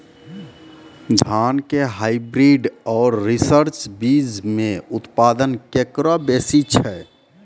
धान के हाईब्रीड और रिसर्च बीज मे उत्पादन केकरो बेसी छै?